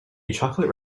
chocolate